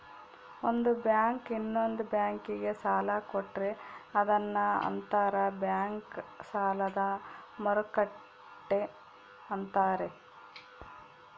ಒಂದು ಬ್ಯಾಂಕು ಇನ್ನೊಂದ್ ಬ್ಯಾಂಕಿಗೆ ಸಾಲ ಕೊಟ್ರೆ ಅದನ್ನ ಅಂತರ್ ಬ್ಯಾಂಕ್ ಸಾಲದ ಮರುಕ್ಕಟ್ಟೆ ಅಂತಾರೆ